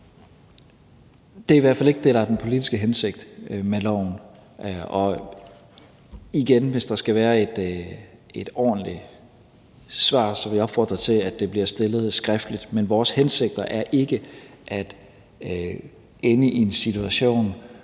Det er i hvert fald ikke det, der er den politiske hensigt med loven, og igen, hvis der skal være et ordentligt svar, vil jeg opfordre til, at spørgsmålet bliver stillet skriftligt. Men vores hensigter er ikke at ende i en situation,